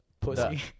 Pussy